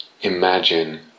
imagine